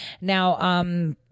Now